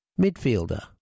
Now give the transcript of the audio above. midfielder